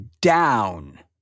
down